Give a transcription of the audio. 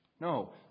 No